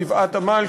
גבעת-עמל,